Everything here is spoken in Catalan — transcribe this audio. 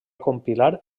compilar